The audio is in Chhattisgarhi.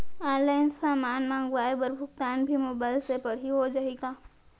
ऑनलाइन समान मंगवाय बर भुगतान भी मोबाइल से पड़ही हो जाही का?